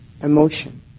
emotion